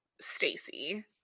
stacy